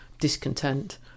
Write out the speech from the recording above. discontent